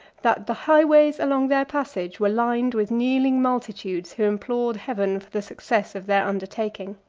that the highways along their passage were lined with kneeling multitudes, who implored heaven for the success of their undertaking.